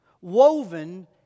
woven